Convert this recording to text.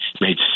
made